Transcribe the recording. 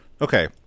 okay